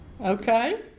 Okay